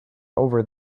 over